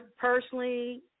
personally